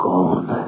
Gone